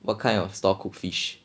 what kind of stall cook fish